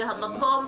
זה המקום,